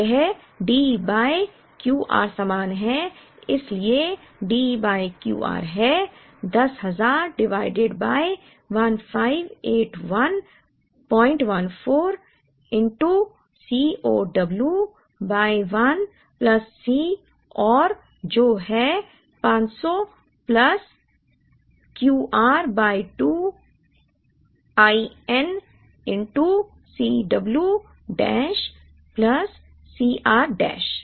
तो यह D by Q r समान है इसलिए d बाय Q r है 10000 divided by 158114 C o w by 1 plus C o r जो है 500 plus Q r by 2 i n C w dash plus C r dash